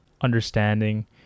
understanding